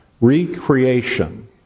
Recreation